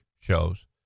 shows